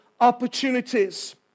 opportunities